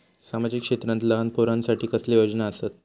सामाजिक क्षेत्रांत लहान पोरानसाठी कसले योजना आसत?